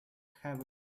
heavily